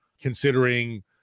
considering